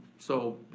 so